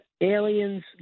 aliens